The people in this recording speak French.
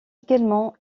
également